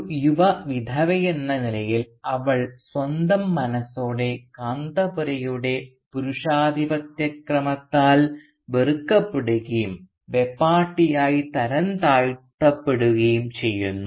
ഒരു യുവവിധവയെന്ന നിലയിൽ അവൾ സ്വന്തം മനസ്സോടെ കാന്തപുരയുടെ പുരുഷാധിപത്യക്രമത്താൽ വെറുക്കപ്പെടുകയും "വെപ്പാട്ടിയായി" തരംതാഴ്ത്തപ്പെടുകയും ചെയ്യുന്നു